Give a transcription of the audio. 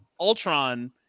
Ultron